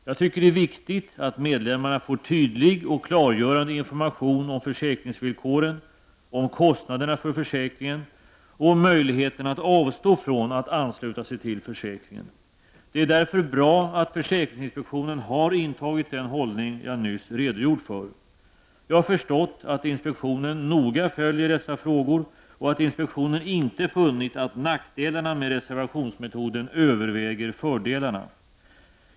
Jag tycker att det är viktigt att medlemmarna får tydlig och klargörande information om försäkringsvillkoren, om kostnaderna för försäkringen och om möjligheten att avstå från att ansluta sig till försäkringen. Det är därför bra att försäkringsinspektionen har intagit den hållning jag nyss redogjort för. Jag har förstått att inspektionen noga följer dessa frågor och att inspektionen inte funnit att nackdelarna med reservationsmetoden överväger fördelarna.